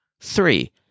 Three